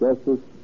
Justice